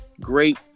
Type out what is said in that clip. great